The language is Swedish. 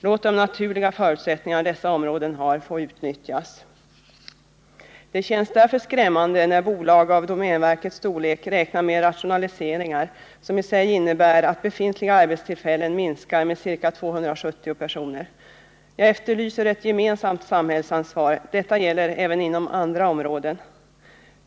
Låt de naturliga förutsättningar dessa områden har få utnyttjas. Det känns därför skrämmande när bolag av domänverkets storlek räknar med rationaliseringar som i sig innebär att befintliga arbetstillfällen minskar med ca 270. Jag efterlyser ett gemensamt samhällsansvar; detta gäller även inom andra områden.